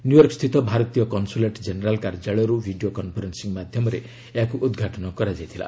ନିଉୟର୍କସ୍ଥିତ ଭାରତୀୟ consulate general କାର୍ଯ୍ୟାଳୟରୁ video conferencing ମାଧ୍ୟମରେ ଏହାକୁ ଉଦ୍ଘାଟନ କରାଯାଇଥିଲା